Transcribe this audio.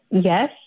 Yes